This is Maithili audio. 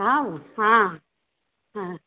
आउ हॅं हँ